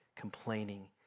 complaining